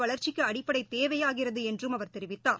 வளர்ச்சிக்குஅடிப்படைதேவையாகிறதுஎன்றும் அவர் தெரிவித்தார்